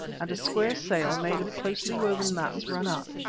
and a square sail, made of closely-woven mats, run up.